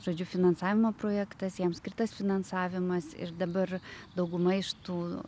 žodžiu finansavimo projektas jam skirtas finansavimas ir dabar dauguma iš tų